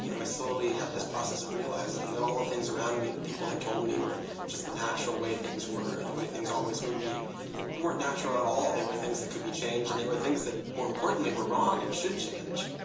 i slowly had this process of realising and that all the things around me, that people had told me were just the natural way things were, the way things always would be. they weren't natural at all. they were things that could be changed and they were thing that more importantly were wrong and should change.